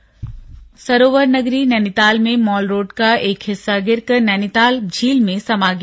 Nainital mall road सरोवर नगरी नैनीताल में मॉल रोड का एक हिस्सा गिरकर नैनीताल झील में समा गया